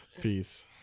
Peace